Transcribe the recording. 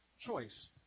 choice